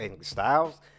styles